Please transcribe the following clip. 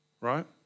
Right